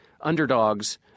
underdogs